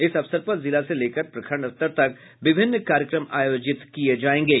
इस अवसर पर जिला से लेकर प्रखंड स्तर तक विभिन्न कार्यक्रम आयोजित किए जाएंगे